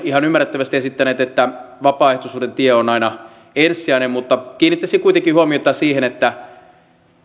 ihan ymmärrettävästi esittäneet että vapaaehtoisuuden tie on aina ensisijainen mutta kiinnittäisin kuitenkin huomiota siihen että